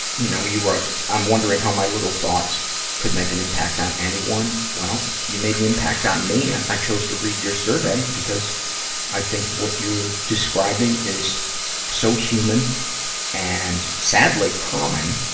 you know, you wrote, i'm wondering how my little thoughts could make an impact on anyone. well, you made an impact on me. i chose to read your survey because i think what you're describing is so human and, sadly, common.